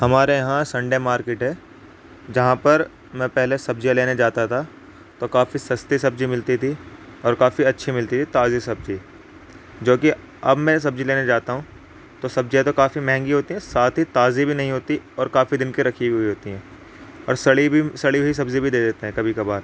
ہمارے یہاں Sunday market ہے جہاں پر میں پہلے سبزیاں لینے جاتا تھا تو کافی سستی سبزی ملتی تھی اور کافی اچھی ملتی تھی تازی سبزی جو کی اب میں سبزی لینے جاتا ہوں تو سبزیاں تو کافی مہنگی ہوتی ہیں ساتھ ہی تازی بھی نہیں ہوتی اور کافی دن کے رکھی ہوتی ہوتی ہیں اور سڑی بھی سڑی ہوئی سبزی بھی دے دیتے ہیں کبھی کبھار